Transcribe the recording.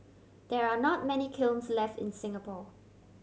there are not many kilns left in Singapore